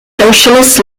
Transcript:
socialist